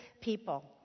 people